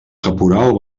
caporal